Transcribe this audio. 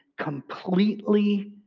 completely